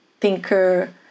thinker